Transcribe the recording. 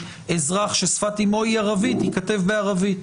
לאזרח ששפת אמו הוא ערבית ייכתב בערבית.